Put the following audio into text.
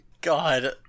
God